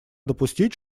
допустить